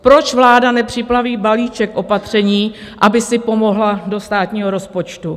Proč vláda nepřipraví balíček opatření, aby si pomohla do státního rozpočtu?